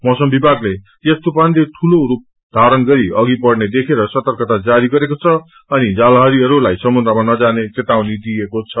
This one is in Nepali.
मौसम विभागले यस तूफानले ठूलो रूप धारण गरी अघि बढ़ने देखेर सतर्कता जारी गरेको छ अनि जालहारीहरूलाई समुन्द्रमा नजाने चेतावनी दिएको छ